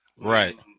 Right